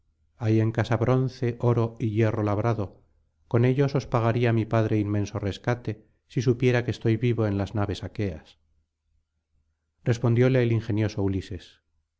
hay en casa bronce oro y hierro labrado con ellos os pagaría mi padre inmenso rescate si supiera que estoy vivo en las naves aqueas respondióle el ingenioso ulises